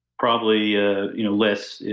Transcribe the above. probably ah you know less,